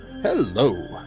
Hello